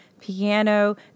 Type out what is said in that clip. piano